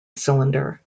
cylinder